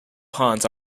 pawns